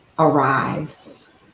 Arise